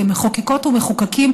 כמחוקקות ומחוקקים,